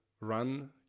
run